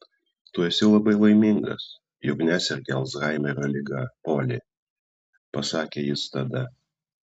tu esi labai laimingas jog nesergi alzhaimerio liga poli pasakė jis tada